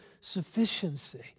sufficiency